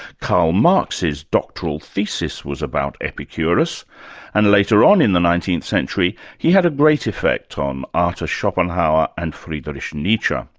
karl marx's doctoral thesis was about epicurus and later on in the nineteenth century he had a great effect on arthur schopenhauer and friedrich nietzsche.